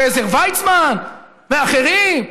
ועזר ויצמן, ואחרים.